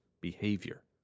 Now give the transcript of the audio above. behavior